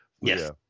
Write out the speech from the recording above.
Yes